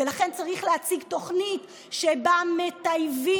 ולכן צריך להציג תוכנית שבה מטייבים